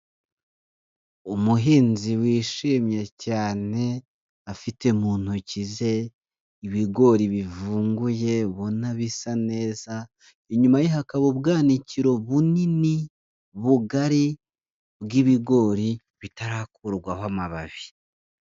Umuhinzi wishimye cyane, afite mu ntoki ze ibigori bivunguye, ubona bisa neza, inyuma ye hakaba ubwanaikiro bunini, bugari bw'ibigori, bitarakurwaho amababi.